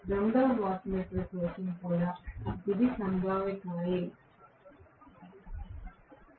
రెండవ watt meter కోసం కూడా ఇది సంభావ్య కాయిల్